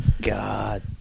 God